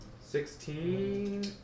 Sixteen